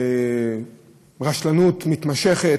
רשלנות מתמשכת,